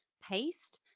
paste,